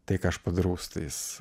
tai ką aš padarau su tais